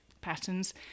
patterns